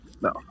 No